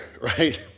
right